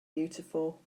beautiful